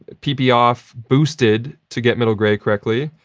pp off boosted to get middle grey correctly,